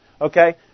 Okay